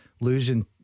losing